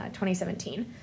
2017